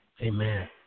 Amen